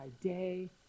day